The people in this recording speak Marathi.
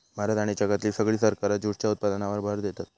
भारत आणि जगातली सगळी सरकारा जूटच्या उत्पादनावर भर देतत